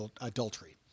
adultery